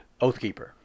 Oathkeeper